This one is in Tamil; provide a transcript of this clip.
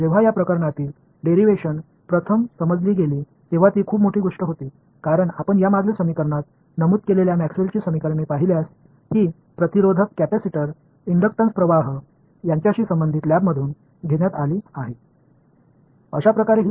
எனவே இந்த வகையான டெரிவேஸன் முதலில் புரிந்து கொள்ளப்பட்டபோது இது ஒரு பெரிய விஷயமாகும் ஏனென்றால் முந்தைய பாடத்தில் நான் குறிப்பிட்டது போன்ற மேக்ஸ்வெல்லின் Maxwell's சமன்பாடுகளைப் பார்த்தால் இவை ரெசிஸ்டர்ஸ் கேபஸிடர்ஸ் தூண்டல் நீரோட்டங்களைக் கையாளும் ஆய்வகத்தில் பெறப்பட்டன